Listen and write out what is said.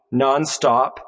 nonstop